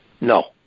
No